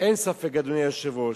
אין ספק, אדוני היושב-ראש,